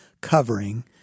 covering